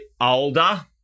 older